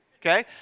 Okay